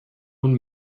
und